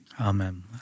Amen